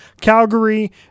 Calgary